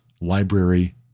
library